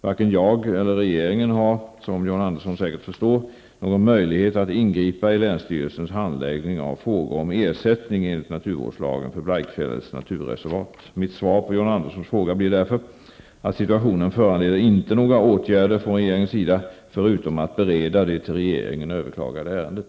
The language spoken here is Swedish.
Varken jag eller regeringen har, som John Andersson säkert förstår, någon möjlighet att ingripa i länsstyrelsens handläggning av frågor om ersättning enligt naturvårdslagen för Blaikfjällets naturreservat. Mitt svar på John Anderssons fråga blir därför att situationen inte föranleder några åtgärder från regeringens sida, förutom att bereda det till regeringen överklagade ärendet.